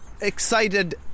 excited